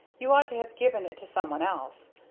you ought to have given it to someone else.